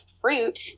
fruit